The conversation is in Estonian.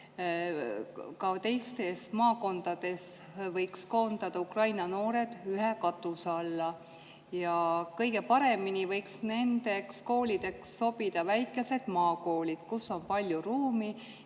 teisteski maakondades koondada Ukraina noored ühe katuse alla. Kõige paremini võiksid nendeks koolideks sobida väikesed maakoolid, kus on palju ruumi